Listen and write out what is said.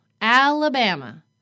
Alabama